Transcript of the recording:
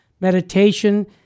meditation